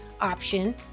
option